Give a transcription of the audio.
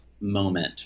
moment